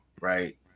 right